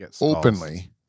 openly